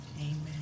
amen